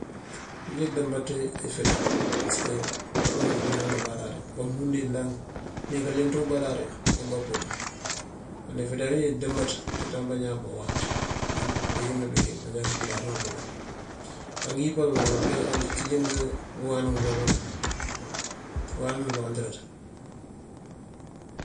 Njidëmaţ ifeţar pasëk. manciñàan ubàraari aa umund wi ndank nikaleenţ wi ubaarari wul wi bapokëwuŋ, ifeţar njidëmbaţ aci bañán bawaanţ, bëki mebiki mandja kayandar nabukal, aa ngëyípal bukal bling und ţij ngëwaanu ngëlolan guŋ waaw ngëwaanu lawandërëţ.